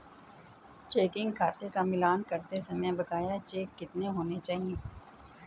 Checking खाते का मिलान करते समय बकाया चेक कितने होने चाहिए?